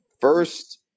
first